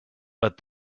but